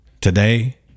Today